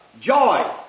Joy